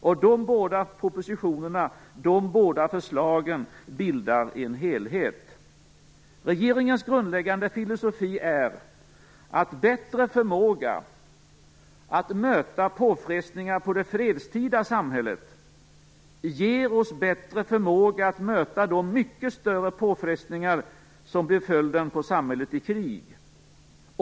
Dessa båda propositioner, dessa båda förslag, bildar en helhet. Regeringens grundläggande filosofi är att en bättre förmåga att möta påfrestningar i det fredstida samhället ger oss bättre förmåga att möta de mycket större påfrestningar som blir följden för samhället i krig.